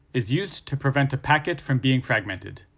is used to prevent a packet from being fragmented.